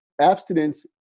abstinence